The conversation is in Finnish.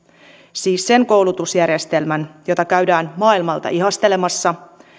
siis sen koulutusjärjestelmän jota käydään maailmalta ihastelemassa